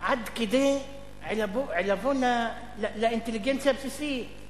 עד כדי עלבון לאינטליגנציה הבסיסית.